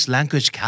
Language